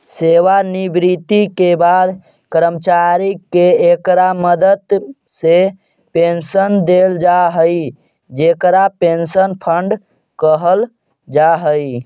सेवानिवृत्ति के बाद कर्मचारि के इकरा मदद से पेंशन देल जा हई जेकरा पेंशन फंड कहल जा हई